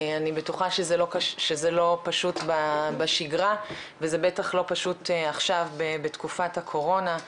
אני בטוחה שזה לא פשוט בשגרה וזה בטח לא פשוט עכשיו בתקופת הקורונה.